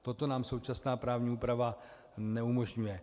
Toto nám současná právní úprava neumožňuje.